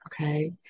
okay